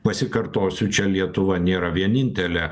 pasikartosiu čia lietuva nėra vienintelė